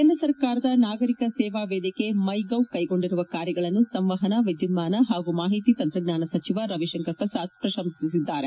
ಕೇಂದ್ರ ಸರ್ಕಾರದ ನಾಗರಿಕ ಸೇವಾ ವೇದಿಕೆ ಮೈ ಗೌ ಕೈಗೊಂಡಿರುವ ಕಾರ್ಯಗಳನ್ನು ಸಂವಹನ ವಿದ್ದುನ್ನಾನ ಹಾಗೂ ಮಾಹಿತಿ ತಂತ್ರಜ್ಞಾನ ಸಚವ ರವಿಶಂಕರ್ ಪ್ರಸಾದ್ ಪ್ರಶಂಸಿಸಿದ್ದಾರೆ